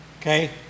Okay